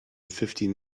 fifteen